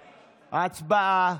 הצבעה.